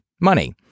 money